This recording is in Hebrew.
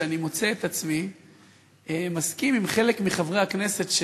שאני מוצא את עצמי מסכים עם חלק מחברי הכנסת,